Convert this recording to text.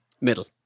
Middle